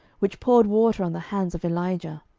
which poured water on the hands of elijah.